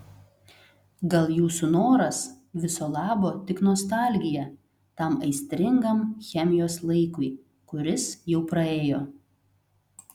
gal jūsų noras viso labo tik nostalgija tam aistringam chemijos laikui kuris jau praėjo